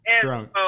drunk